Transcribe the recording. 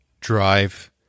drive